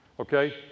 Okay